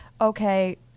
okay